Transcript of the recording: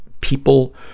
people